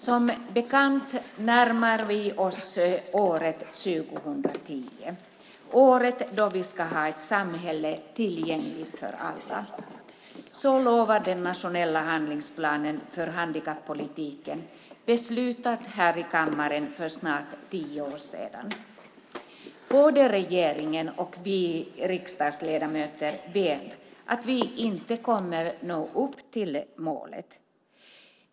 Som bekant närmar vi oss året 2010, det år då vi ska ha ett samhälle tillgängligt för alla. Det lovar den nationella handlingsplanen för handikappolitiken, beslutad här i kammaren för snart tio år sedan. Både regeringen och vi riksdagsledamöter vet att vi inte kommer att nå upp till målet.